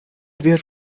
wird